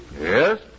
Yes